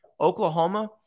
Oklahoma